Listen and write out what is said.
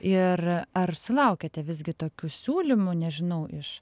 ir ar sulaukiate visgi tokių siūlymų nežinau iš